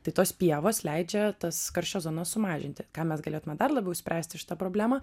tai tos pievos leidžia tas karščio zonas sumažinti ką mes galėtume dar labiau išspręsti šitą problemą